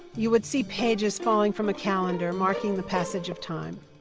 you would see pages falling from a calendar, marking the passage of time.